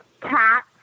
cat